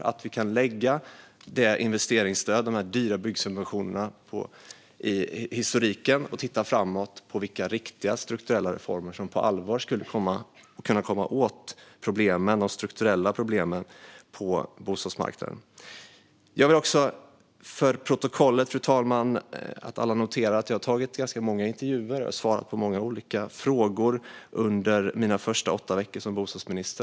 Kanske kan vi lägga investeringsstödet, det vill säga de dyra byggsubventionerna, till historien och titta framåt på vilka riktiga strukturella reformer som på allvar skulle kunna komma åt de strukturella problemen på bostadsmarknaden. Jag skulle också vilja få fört till protokollet att jag har gjort ganska många intervjuer och svarat på många olika frågor under mina första åtta veckor som bostadsminister, fru talman.